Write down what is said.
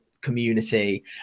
community